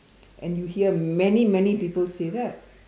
and you hear many many people say that